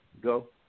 go